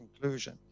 conclusion